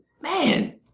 man